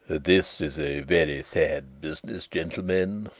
this is a very sad business, gentlemen,